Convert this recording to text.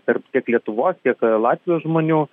tarp tiek lietuvos tiek latvijos žmonių